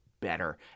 better